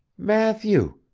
matthew,